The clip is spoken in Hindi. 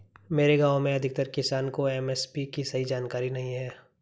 मेरे गांव में अधिकतर किसान को एम.एस.पी की सही जानकारी नहीं है